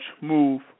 move